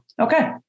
Okay